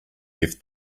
left